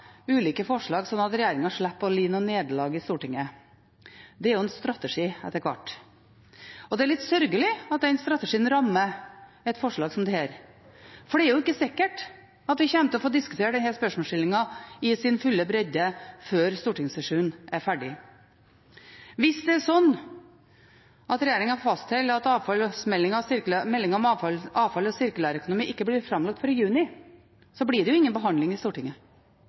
ulike forslag, så regjeringen slipper å lide noe nederlag i Stortinget. Det er jo en strategi etter hvert. Det er litt sørgelig at den strategien rammer et forslag som dette, for det er ikke sikkert at vi kommer til å få diskutert denne spørsmålsstillingen i sin fulle bredde før stortingssesjonen er ferdig. Hvis det er slik at regjeringen fastholder at meldingen om avfall og sirkulær økonomi ikke blir framlagt før i juni, blir det ingen behandling i Stortinget.